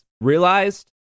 realized